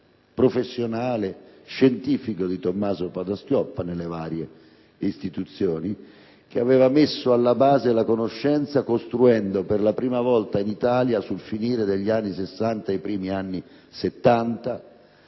professionale e scientifico di Tommaso Padoa-Schioppa nelle varie istituzioni, aveva messo alla base la conoscenza, costruendo per la prima volta in Italia, sul finire degli anni Sessanta e nei primi anni Settanta,